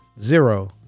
Zero